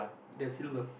there's silver